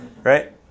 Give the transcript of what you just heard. Right